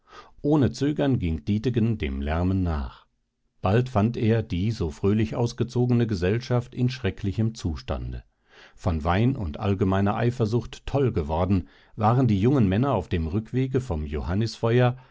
ohne zögern ging dietegen dem lärmen nach bald fand er die so fröhlich ausgezogene gesellschaft in schrecklichem zustande von wein und allgemeiner eifersucht toll geworden waren die jungen männer auf dem rückwege vom